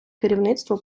керівництво